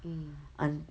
mm